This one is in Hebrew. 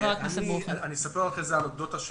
אני אספר לך אנקדוטה.